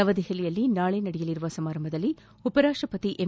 ನವದೆಹಲಿಯಲ್ಲಿ ನಾಳೆ ನಡೆಯಲಿರುವ ಸಮಾರಂಭದಲ್ಲಿ ಉಪರಾಷ್ಟಪತಿ ಎಂ